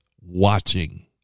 watching